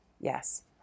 Yes